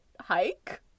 hike